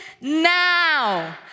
now